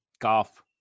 golf